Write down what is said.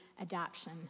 adoption